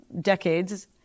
decades